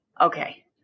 Okay